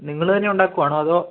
നിങ്ങൾ തന്നെ ഉണ്ടാക്കുകയാണോ അതോ